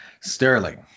Sterling